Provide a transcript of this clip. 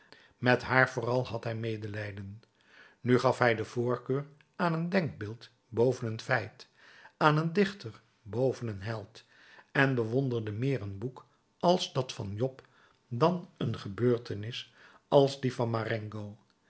met haar vooral had hij medelijden nu gaf hij de voorkeur aan een denkbeeld boven een feit aan een dichter boven een held en bewonderde meer een boek als dat van job dan een gebeurtenis als die van marengo